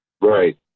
Right